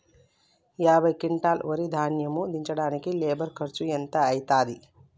యాభై క్వింటాల్ వరి ధాన్యము దించడానికి లేబర్ ఖర్చు ఎంత అయితది?